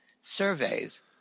surveys